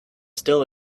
still